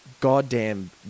goddamn